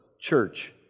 church